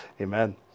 Amen